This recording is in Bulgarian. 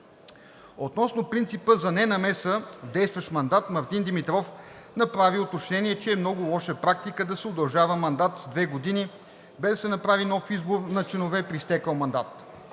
Относно принципа за ненамеса в действащ мандат Мартин Димитров направи уточнение, че е много лоша практика да се удължава мандат с две години, без да се направи нов избор на членове при изтекъл мандат.